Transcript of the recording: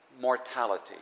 mortality